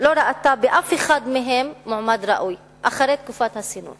לא ראתה באף אחד מהם מועמד ראוי אחרי תקופת הסינון.